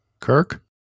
Kirk